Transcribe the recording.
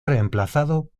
reemplazado